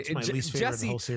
jesse